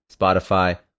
Spotify